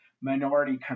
minority